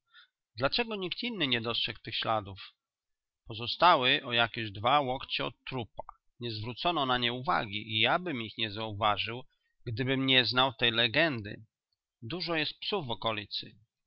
dlaczego nikt inny nie dostrzegł tych śladów pozostały o jakie dwa łokcie od trupa nie zwrócono na nie uwagi i jabym ich nie zauważył gdybym nie był znał tej legendy dużo jest psów w okolicy